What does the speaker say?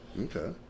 Okay